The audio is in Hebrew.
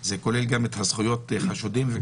זה כולל גם את זכויות החשודים?